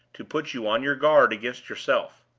to put you on your guard against yourself.